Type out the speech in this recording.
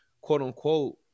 quote-unquote